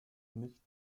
nicht